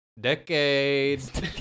decades